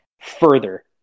further